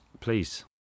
Please